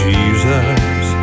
Jesus